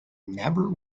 never